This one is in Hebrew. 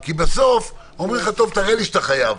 כי בסוף אומרים לך: טוב, תראה לי שאתה חייב.